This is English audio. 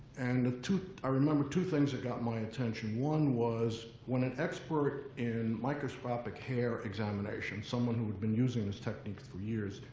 and i remember two things that got my attention. one was, when an expert in microscopic hair examination, someone who'd been using this technique for years,